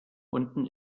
unten